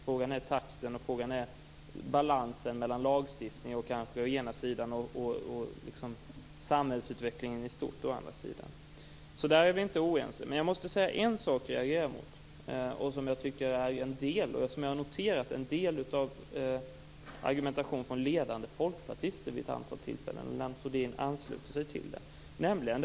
Frågan gäller förändringarnas takt och balansen mellan å ena sidan lagstiftningen och å andra sidan samhällsutvecklingen i stort. Där är vi inte oense. Jag måste dock ta upp en sak som jag reagerar mot. Jag har noterat att det varit en del av argumentationen från ledande folkpartister vid ett antal tillfällen, och nu ansluter sig Lennart Rohdin till dem.